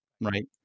right